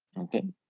okay.